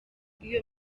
iyo